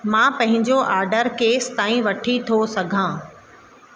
मां पंहिंजो ऑडर केसिताईं वठी थो सघां